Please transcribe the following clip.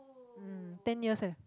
um ten years eh